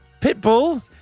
Pitbull